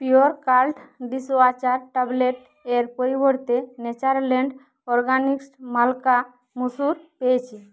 pure cult dishwasher tablet এর পরিবর্তে Natureland Organics মালকা মুসুর পেয়েছি